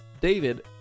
David